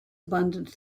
abundant